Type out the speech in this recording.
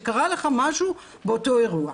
שקרה לך משהו באותו אירוע.